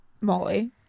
molly